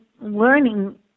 learning